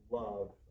love